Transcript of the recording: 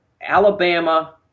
Alabama